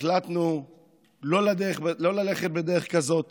החלטנו לא ללכת בדרך כזאת